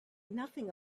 nothing